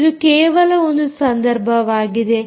ಇದು ಕೇವಲ ಒಂದು ಸಂದರ್ಭವಾಗಿದೆ